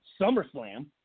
SummerSlam